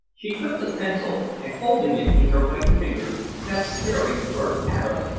she took the pencil, and holding it in her white fingers sat staring first at us,